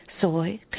soy